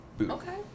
Okay